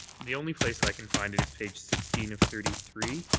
the only place i can find it is page sixteen of thirty three